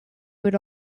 would